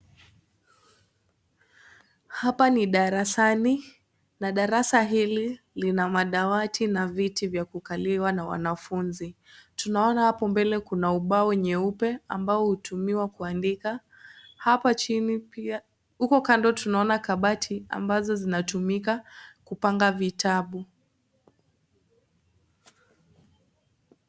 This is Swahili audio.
Hapa ni darasani, na darasa hili lina madawati na viti vya kukaliwa na wanafunzi. Tunaona hapo mbele kuna umbao nyeupe ambao hutumiwa kuandika. Hapa chini pia, uko kando tunaona kabati ambazo zinatumika kupanga vitabu.